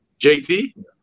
JT